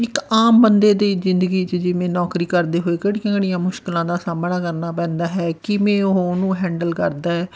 ਇੱਕ ਆਮ ਬੰਦੇ ਦੀ ਜ਼ਿੰਦਗੀ 'ਚ ਜਿਵੇਂ ਨੌਕਰੀ ਕਰਦੇ ਹੋਏ ਕਿਹੜੀਆਂ ਕਿਹੜੀਆਂ ਮੁਸ਼ਕਿਲਾਂ ਦਾ ਸਾਹਮਣਾ ਕਰਨਾ ਪੈਂਦਾ ਹੈ ਕਿਵੇਂ ਉਹ ਉਹਨੂੰ ਹੈਂਡਲ ਕਰਦਾ ਹੈ